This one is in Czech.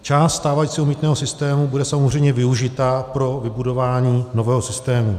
Část stávajícího mýtného systému bude samozřejmě využita pro vybudování nového systému.